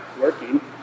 working